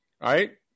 right